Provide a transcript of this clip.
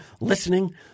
listening